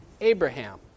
Abraham